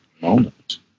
moment